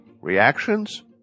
Reactions